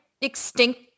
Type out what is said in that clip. extinct